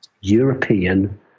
European